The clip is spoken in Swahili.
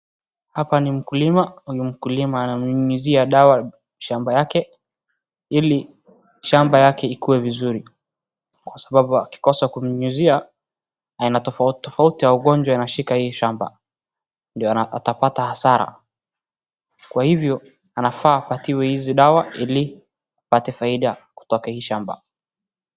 Hapa ni mkulima, ni mkulima ananyunyizia dawa shamba yake, ili shamba yake ikuwe vizuri kwa sababu akikosa kunyunyizia aina tofauti tofauti ya ugonjwa inashika hii shamba na anapata hasara. Kwa hivyo anafaa apatiwe hizi dawa ili apate faida kutoka hii shamba.